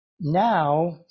now